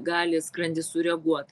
gali skrandis sureaguot